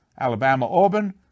Alabama-Auburn